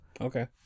Okay